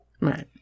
Right